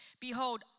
Behold